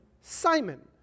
Simon